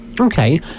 okay